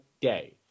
day